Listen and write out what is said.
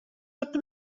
هاتون